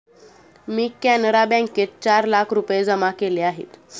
मी कॅनरा बँकेत चार लाख रुपये जमा केले आहेत